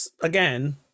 again